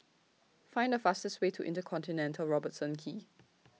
Find The fastest Way to InterContinental Robertson Quay